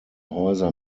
häuser